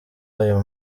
ayo